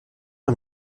ung